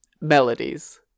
melodies